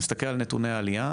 אני מסתכל על נתוני העלייה,